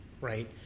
right